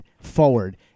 forward